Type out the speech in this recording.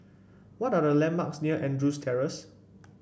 what are the landmarks near Andrews Terrace